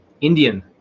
Indian